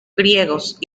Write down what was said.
griegos